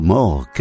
More